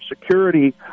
security